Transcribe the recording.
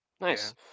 Nice